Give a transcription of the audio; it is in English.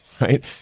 right